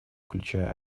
включая